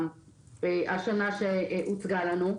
השנה שהוצגה לנו.